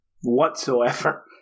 whatsoever